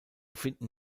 finden